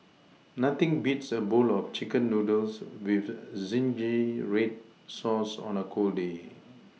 nothing beats a bowl of chicken noodles with zingy red sauce on a cold day